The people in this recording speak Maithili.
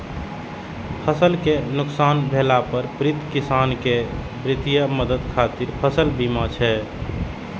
फसल कें नुकसान भेला पर पीड़ित किसान कें वित्तीय मदद खातिर फसल बीमा छै